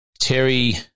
Terry